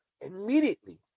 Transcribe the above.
immediately